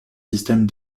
systèmes